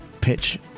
pitch